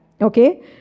okay